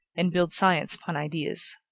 and build science upon ideas.